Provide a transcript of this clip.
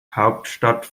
hauptstadt